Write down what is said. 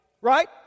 right